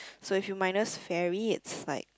so if you minus ferry it's like